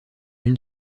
une